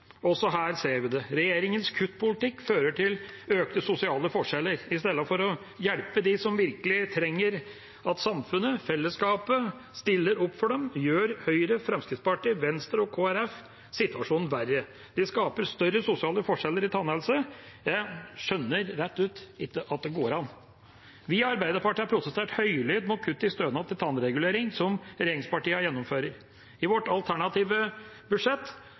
Også her ser vi det: Regjeringas kuttpolitikk fører til økte sosiale forskjeller. I stedet for å hjelpe dem som virkelig trenger at samfunnet, fellesskapet, stiller opp for dem, gjør Høyre, Fremskrittspartiet, Venstre og Kristelig Folkeparti situasjonen verre. De skaper større sosiale forskjeller når det gjelder tannhelse. Jeg skjønner rett og slett ikke at det går an. Vi i Arbeiderpartiet har protestert høylytt mot kuttet i stønaden til tannregulering som regjeringspartiene gjennomfører. I vårt alternative budsjett,